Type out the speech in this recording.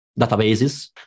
databases